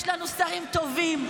יש לנו שרים טובים,